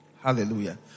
Hallelujah